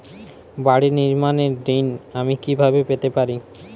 বাড়ি নির্মাণের ঋণ আমি কিভাবে পেতে পারি?